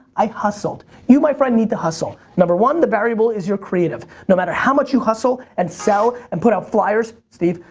i hustled. you, my friend, need to hustle. number one, the variable is your creative. no matter how much you hustle and sell so and put out flyers, steve,